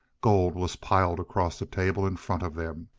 gold was piled across the table in front of them.